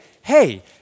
hey